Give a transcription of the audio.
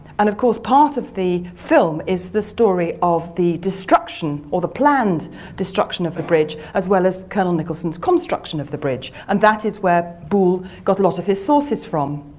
and of course part of the film is the story of the destruction or the planned destruction of the bridge, as well as colonel nicholson's construction of the bridge. and that is where boulle got a lot of his sources from.